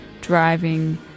driving